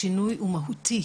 השינוי הוא מהותי.